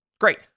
Great